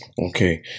Okay